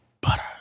butter